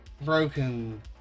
broken